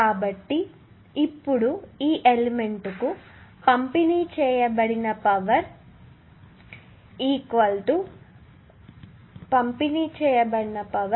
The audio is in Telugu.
కాబట్టి ఇప్పుడు ఈ ఎలిమెంట్ కు పంపిణీ చేయబడిన పవర్